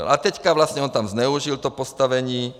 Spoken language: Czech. A teďka vlastně on tam zneužil to postavení...